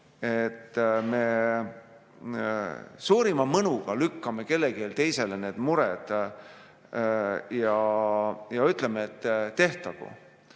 et me suurima mõnuga lükkame kellelegi teisele need mured ja ütleme, et tehtagu.